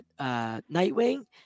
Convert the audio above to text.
Nightwing